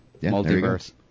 Multiverse